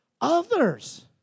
others